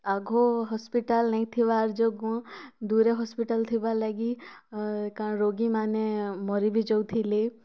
ଆଗ ହସ୍ପିଟାଲ୍ ନାଇଁ ଥିବାର ଯୋଗୁଁ ଦୂରେ ହସ୍ପିଟାଲ୍ ଥିବାର ଲାଗି ଆ କାଣ ରୋଗୀମାନେ ମରି ବି ଯାଉଥିଲେ